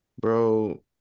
bro